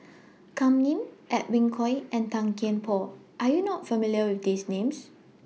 Kam Ning Edwin Koek and Tan Kian Por Are YOU not familiar with These Names